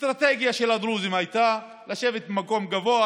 האסטרטגיה של הדרוזים הייתה לשבת במקום גבוה,